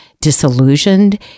disillusioned